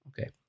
Okay